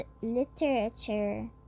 literature